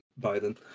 Biden